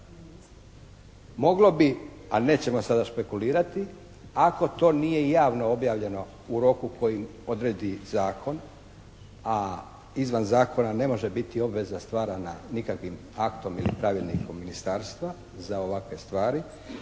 Moglo bi, ali nećemo sada špekulirati, ako to nije javno objavljeno u roku koji odredi zakon, a izvan zakona ne može biti obveza stvarana nikakvih aktom ili pravilnikom ministarstva za ovakve stvari